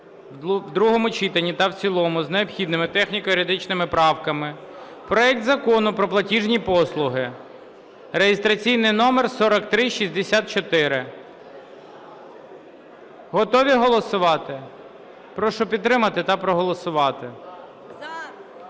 В другому читанні та в цілому з необхідними техніко-юридичними правками проект Закону про платіжні послуги (реєстраційний номер 4364). Готові голосувати? Прошу підтримати та проголосувати.